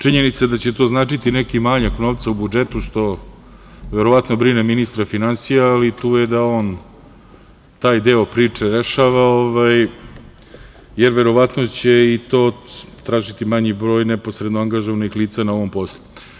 Činjenica da će to značiti neki manjak novca u budžetu, što verovatno brine ministra finansija, ali tu je da on taj deo priče rešava, jer verovatno će i to tražiti manji broj neposredno angažovanih lica na ovom poslu.